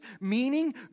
meaning